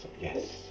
Yes